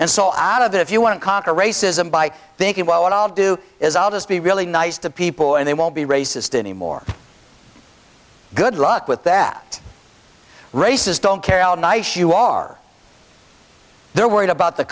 and so out of that if you want to conquer racism by thinking well i'll do is i'll just be really nice to people and they won't be racist anymore good luck with that races don't care how nice you are they're worried about the